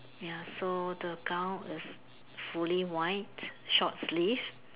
ya so the gown is fully white short sleeved